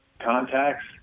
contacts